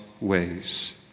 ways